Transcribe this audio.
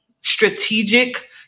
strategic